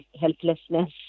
helplessness